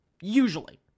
Usually